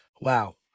wow